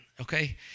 okay